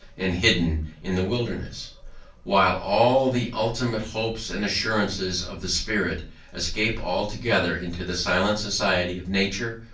and hidden in the wilderness while all the ultimate hopes and assurances of the spirit escape altogether into the silent society of nature,